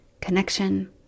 connection